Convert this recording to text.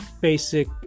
basic